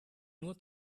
nur